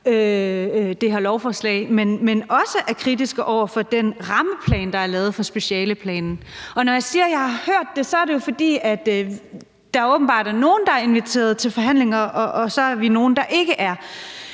men også er kritiske over for den rammeplan, der er lave for specialeplanen. Og når jeg siger, at jeg har hørt det, er det jo, fordi der åbenbart er nogen, der er inviteret til forhandlinger, og så er vi nogen, der ikke er.